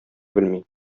белми